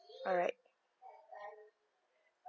alright